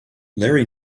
larry